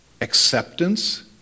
Acceptance